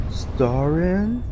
starring